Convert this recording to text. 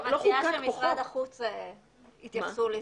אני מציעה שמשרד החוץ יתייחסו לזה,